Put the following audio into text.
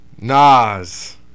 Nas